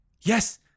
Yes